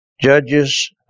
Judges